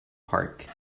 park